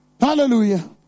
Hallelujah